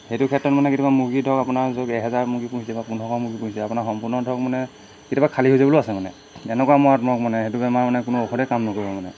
সেইটো ক্ষেত্ৰত মানে কেতিয়াবা মুৰ্গী ধৰক আপোনাৰ য'ত এহেজাৰ মুৰ্গী পুহিছে বা পোন্ধৰশ মুৰ্গী পুহিছে আপোনাৰ সম্পূৰ্ণ ধৰক মানে কেতিয়াবা খালী হৈ যাবলৈও আছে মানে এনেকুৱা মৰাত্মক মানে সেইটো বেমাৰৰ মানে কোনো ঔষধেই কাম নকৰিব মানে